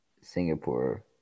Singapore